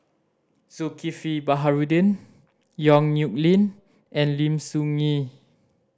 Zulkifli Baharudin Yong Nyuk Lin and Lim Soo Ngee